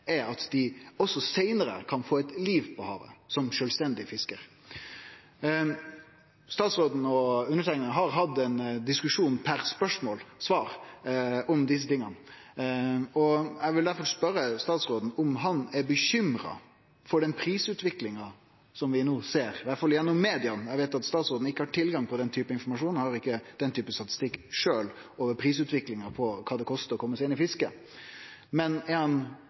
er at dei òg seinare kan få eit liv på havet som sjølvstendige fiskarar. Statsråden og eg har hatt ein diskusjon per spørsmål og svar om desse tinga, og eg vil difor spørje statsråden om han er bekymra for den prisutviklinga som vi no ser, iallfall gjennom media. Eg veit at statsråden ikkje har tilgang på den typen informasjon – eg har ikkje den typen statistikk sjølv over prisutviklinga på kva det kostar å komme seg inn i fisket – men er han